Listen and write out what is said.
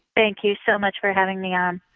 thank you so much for having me on.